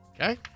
Okay